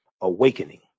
awakening